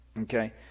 okay